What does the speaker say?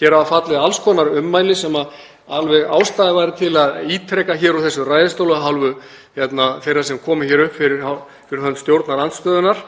Hér hafa fallið alls konar ummæli sem væri ástæða til að ítreka hér úr þessum ræðustól af hálfu þeirra sem komu upp fyrir hönd stjórnarandstöðunnar,